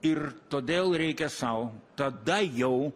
ir todėl reikia sau tada jau